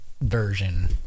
version